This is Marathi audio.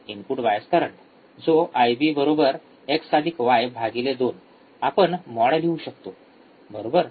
इनपुट बायस करंट जो आयबी एक्स वाय २ IBxy 2 असतो आपण माॅड लिहू शकतो बरोबर